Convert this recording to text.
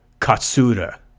Katsura